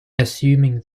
assuming